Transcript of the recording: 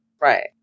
Right